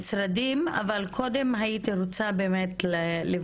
המשרדים, אבל קודם הייתי רוצה לבקש